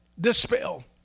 dispel